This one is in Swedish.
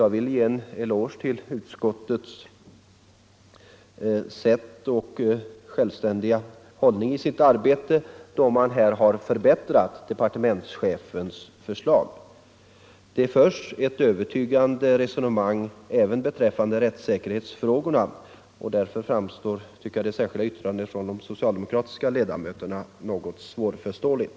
Jag vill ge en eloge till utskottet för dess självständiga hållning i sitt arbete, då man här har förbättrat departementschefens förslag. Det förs ett övertygande resonemang även beträffande rättssäkerhetsfrågorna, och därför anser jag att det särskilda yttrandet av de socialdemokratiska utskottsledamöterna framstår som något svårförståeligt.